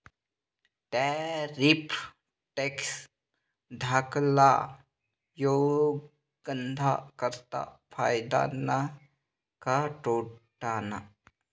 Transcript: Tariff tax धाकल्ला उद्योगधंदा करता फायदा ना का तोटाना?